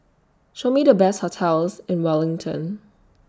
Show Me The Best hotels in Wellington